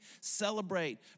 celebrate